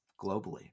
globally